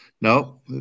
No